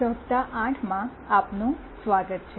સપ્તાહ 8 માં આપનું સ્વાગત છે